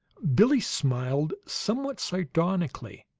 billie smiled somewhat sardonically.